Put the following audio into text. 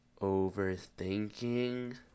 Overthinking